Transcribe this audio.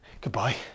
goodbye